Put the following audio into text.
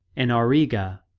in auriga,